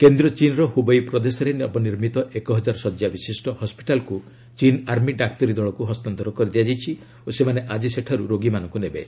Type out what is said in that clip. କେନ୍ଦ୍ରୀୟ ଚୀନ୍ର ହ୍ରବେଇ ପ୍ରଦେଶରେ ନବନିର୍ମିତ ଏକହଜାର ଶଯ୍ୟା ବିଶିଷ୍ଟ ହସ୍କିଟାଲକ୍ ଚୀନ୍ ଆର୍ମି ଡାକ୍ତରୀ ଦଳଙ୍କୁ ହସ୍ତାନ୍ତର କରିଦିଆଯାଇଛି ଓ ସେମାନେ ଆକି ସେଠାର୍ ରୋଗୀମାନଙ୍କୁ ନେବେ